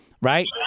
right